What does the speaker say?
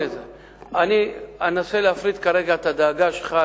אני אנסה להפריד כרגע את הדאגה שלך,